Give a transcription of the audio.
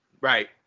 right